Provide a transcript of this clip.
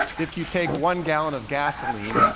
if you take one gallon of gasoline,